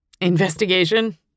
Investigation